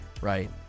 right